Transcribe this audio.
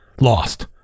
lost